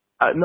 No